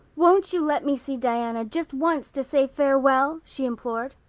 won't you let me see diana just once to say farewell? she implored.